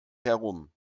herum